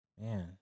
man